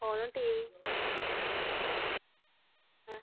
ഫോണും T V ആ